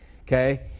okay